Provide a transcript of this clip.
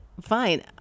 fine